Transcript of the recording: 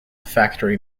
factory